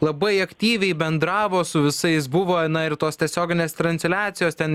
labai aktyviai bendravo su visais buvo na ir tos tiesioginės transliacijos ten